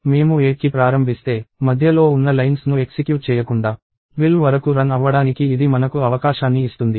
మేము 8కి ప్రారంభిస్తే మధ్యలో ఉన్న లైన్స్ ను ఎక్సిక్యూట్ చేయకుండా 12 వరకు రన్ అవ్వడానికి ఇది మనకు అవకాశాన్ని ఇస్తుంది